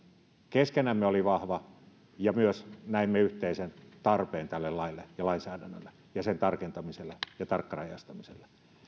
keskenämme oli vahva ja myös näimme yhteisen tarpeen tälle laille ja lainsäädännölle ja sen tarkentamiselle ja tarkkarajaistamiselle